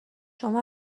شما